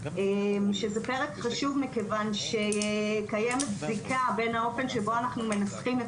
שזה פרק חשוב מכיוון שקיימת בדיקה בין האופן שבו אנחנו מנסחים את